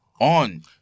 on